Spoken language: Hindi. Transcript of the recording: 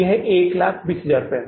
120000 रूपए